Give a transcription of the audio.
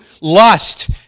lust